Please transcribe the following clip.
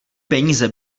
peníze